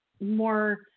more